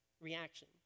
reaction